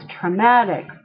traumatic